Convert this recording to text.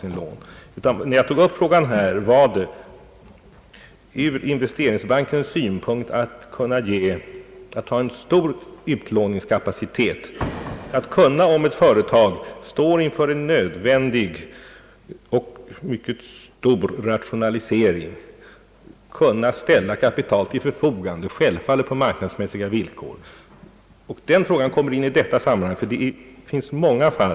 Investeringsbanken måste få en så stor utlåningskapacitet att den kan ställa kapital till förfogande för de företag som står inför stora, och lönsamma rationaliseringar som inte kan finansieras på den existerande marknaden. Självfallet kommer bankens lån att lämnas på marknadsmässiga villkor.